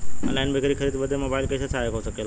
Online खरीद बिक्री बदे मोबाइल कइसे सहायक हो सकेला?